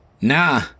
Nah